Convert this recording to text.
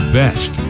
best